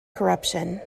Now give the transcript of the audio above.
corruption